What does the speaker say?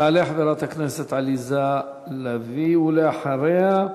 תעלה חברת הכנסת עליזה לביא, ולאחריה,